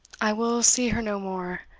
i will see her no more.